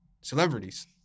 celebrities